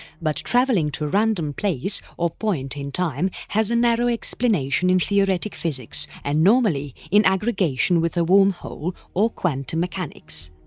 but travelling to a random place or point in time has a narrow explanation in theoretic physics and normally in aggregation with a wormhole or quantum mechanics.